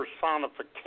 personification